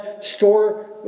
store